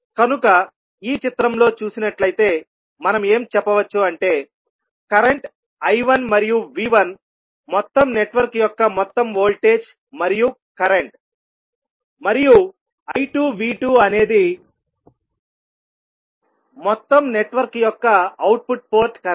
కనుక ఈ చిత్రంలో చూసినట్లయితే మనం ఏం చెప్పవచ్చు అంటే కరెంట్ I1 మరియు V1 మొత్తం నెట్వర్క్ యొక్క మొత్తం వోల్టేజ్ మరియు కరెంట్ మరియుI2 V2 అనేది మొత్తం నెట్వర్క్ యొక్క అవుట్పుట్ పోర్ట్ కరెంట్